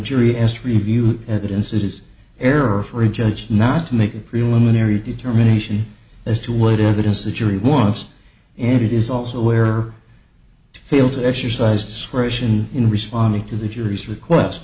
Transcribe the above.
jury asked review evidence it is error for a judge not to make a preliminary determination as to what evidence the jury wants and it is also where to fail to exercise discretion in responding to the jury's request